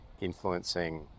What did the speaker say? influencing